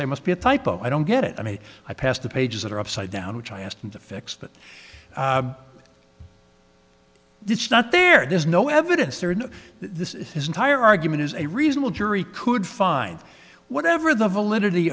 say must be a typo i don't get it i mean i passed the pages that are upside down which i asked him to fix that it's not there there's no evidence or no this is his entire argument is a reasonable jury could find whatever the validity